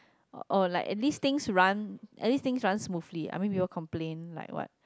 oh like at least things at least things run smoothly I mean we all complain like what